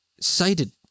cited